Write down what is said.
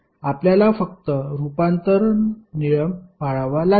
आपल्याला फक्त रूपांतरण नियम पाळावा लागेल